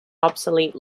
obsolete